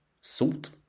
salt